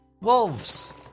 Wolves